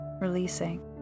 releasing